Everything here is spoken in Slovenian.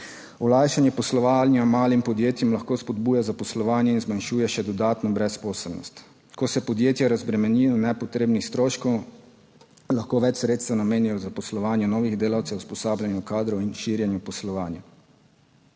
olajšanje poslovanja malim podjetjem lahko spodbuja zaposlovanje in zmanjšuje še dodatno brezposelnost, ko se podjetja razbremenijo nepotrebnih stroškov, lahko več sredstev namenijo zaposlovanju novih delavcev, usposabljanju kadrov in širjenju poslovanja.